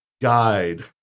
guide